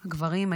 גברים,